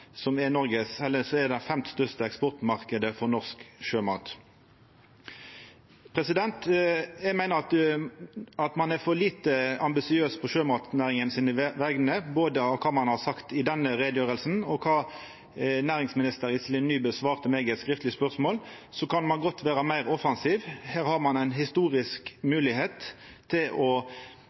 som er den femte største eksportmarknaden for norsk sjømat. Eg meiner at ein er for lite ambisiøs på vegner av sjømatnæringa. Det gjeld både det ein har sagt i denne utgreiinga, og det næringsminister Iselin Nybø svarte meg på eit skriftleg spørsmål. Ein kan godt vera meir offensiv. Ein har no ei historisk moglegheit til både å